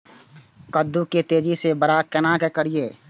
कद्दू के तेजी से बड़ा केना करिए?